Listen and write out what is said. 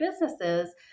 businesses